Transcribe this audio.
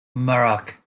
newark